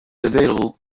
available